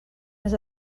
més